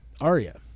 Arya